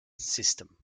system